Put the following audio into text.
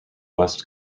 west